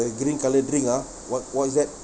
the green colour drink ah what what is that